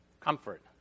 comfort